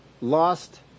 lost